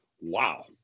wow